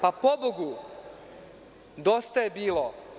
Pobogu, dosta je bilo.